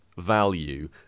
Value